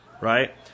Right